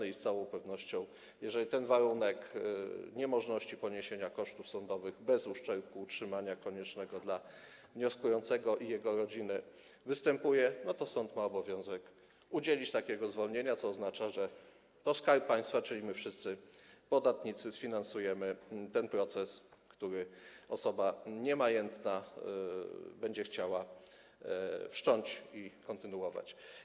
I z całą pewnością, jeżeli ten warunek niemożności poniesienia kosztów sądowych bez uszczerbku utrzymania koniecznego dla wnioskującego i jego rodziny występuje, sąd ma obowiązek udzielić takiego zwolnienia, co oznacza, że to Skarb Państwa, czyli my wszyscy, podatnicy, sfinansujemy ten proces, który osoba niemajętna będzie chciała wszcząć i kontynuować.